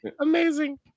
amazing